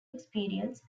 experience